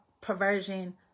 Perversion